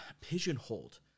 pigeonholed